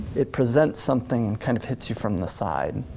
it presents something, and kind of hits you from the side.